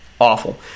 awful